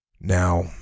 now